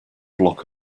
block